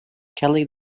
kelly